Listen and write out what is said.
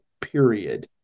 period